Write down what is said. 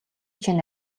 чинь